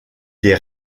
des